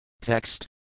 Text